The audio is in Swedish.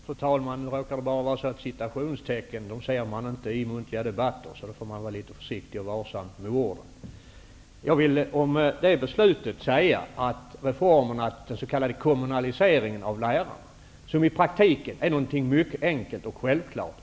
Fru talman! Ja, citationstecken ser man inte i muntliga debatter. Därför får man vara litet försiktig och varsam med orden. Jag vill om beslutet i fråga säga att den reformen, dvs. den s.k. kommunaliseringen av lärarna, i praktiken är någonting mycket enkelt och självklart.